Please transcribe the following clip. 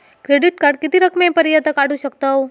Credit card किती रकमेपर्यंत काढू शकतव?